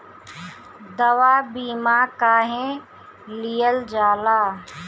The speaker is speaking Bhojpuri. दवा बीमा काहे लियल जाला?